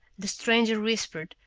the stranger whispered,